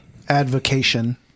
advocation